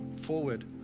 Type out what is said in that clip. forward